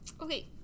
Okay